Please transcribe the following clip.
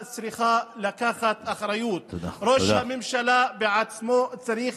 בעיקר של האצ"ל והלח"י,